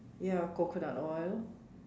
ya coconut oil